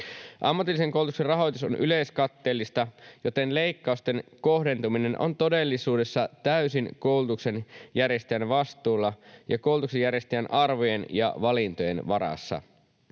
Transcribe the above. Ammatillisen koulutuksen rahoitus on yleiskatteellista, joten leikkausten kohdentuminen on todellisuudessa täysin koulutuksen järjestäjän vastuulla ja koulutuksen järjestäjän arvojen ja valintojen varassa.